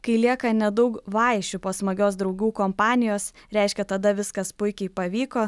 kai lieka nedaug vaišių po smagios draugų kompanijos reiškia tada viskas puikiai pavyko